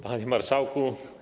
Panie Marszałku!